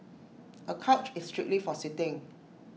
A couch is strictly for sitting